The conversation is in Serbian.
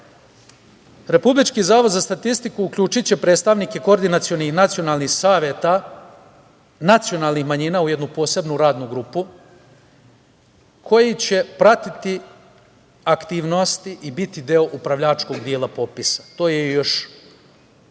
nivou. Republički Zavod za statistiku, uključiće predstavnike koordinacionih i nacionalnih saveta, nacionalnih manjina, u jednu posebnu radnu grupu, koji će pratiti aktivnosti i biti deo upravljačkog popisa. To je još